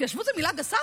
"התיישבות" זו מילה גסה,